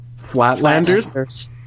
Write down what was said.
flatlanders